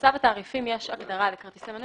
בצו התעריפים יש הגדרה ל"כרטיסי מנוי".